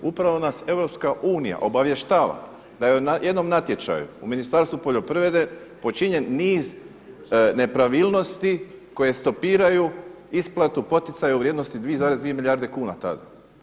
Upravo nas Europska unija obavještava da je na jednom natječaju u Ministarstvu poljoprivrede počinjen niz nepravilnosti koje stopiraju isplatu poticaja u vrijednosti 2,2 milijarde kuna tada.